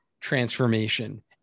transformation